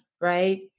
right